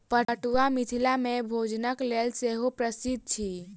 पटुआ मिथिला मे भोजनक लेल सेहो प्रसिद्ध अछि